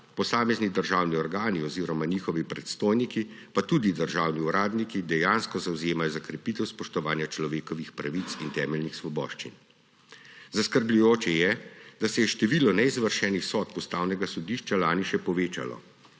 posamezni državni organi oziroma njihovi predstojniki pa tudi državni uradniki dejansko zavzemajo za krepitev spoštovanja človekovih pravic in temeljnih svoboščin. Zaskrbljujoče je, da se je število neizvršenih sodb Ustavnega sodišča lani še povečalo.